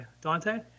Dante